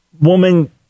woman